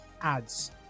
ads